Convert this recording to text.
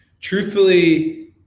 Truthfully